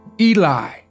Eli